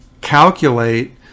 calculate